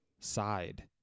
Side